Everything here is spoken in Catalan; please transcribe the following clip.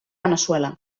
veneçuela